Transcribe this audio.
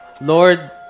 Lord